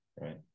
right